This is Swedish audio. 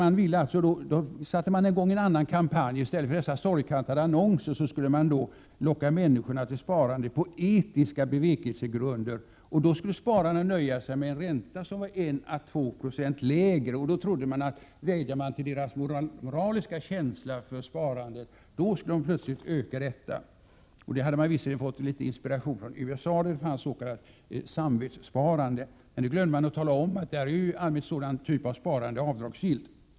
Man satte alltså i gång en annan kampanj i stället för dessa sorgkantade annonser och skulle locka människorna till sparande på etiska bevekelsegrunder, och då skulle spararna nöja sig med en ränta som var 1 å 2 96 lägre. Man trodde väl att om man vädjade till människornas moraliska känsla för sparande skulle de plötsligt öka detta. Man hade visserligen fått litet inspiration från USA, där det finns ett s.k. samvetssparande, men man glömde att tala om, att där är i allmänhet den typen av sparande avdragsgill.